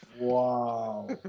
Wow